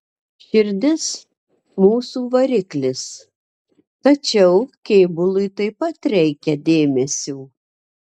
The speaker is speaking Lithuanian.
širdis mūsų variklis tačiau kėbului taip pat reikia dėmesio